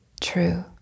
true